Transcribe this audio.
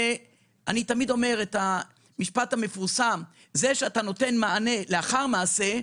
אני תמיד אומר שזה שאתה נותן מענה לאחר מעשה,